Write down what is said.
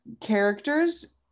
characters